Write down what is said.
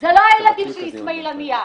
זה לא הילדים של איסמעיל הנייה,